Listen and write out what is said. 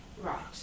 Right